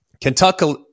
Kentucky